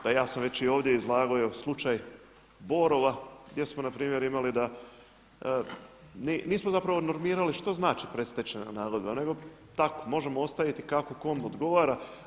Pa ja sam već i ovdje izlagao slučaj Borova gdje smo npr. imali da, nismo zapravo normirali što znači predstečajna nagodba, nego tako možemo ostaviti kako kome odgovara.